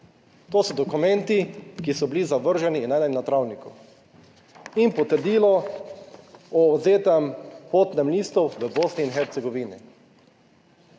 to so dokumenti, ki so bili zavrženi in eden na travniku in potrdilo o odvzetem potnem listu v Bosni in Hercegovini.